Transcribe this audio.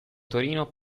torino